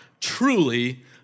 truly